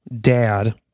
dad